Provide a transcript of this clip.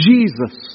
Jesus